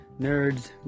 nerds